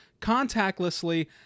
contactlessly